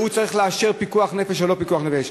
שהוא שצריך לאשר פיקוח נפש או לא פיקוח נפש.